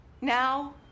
Now